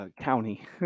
county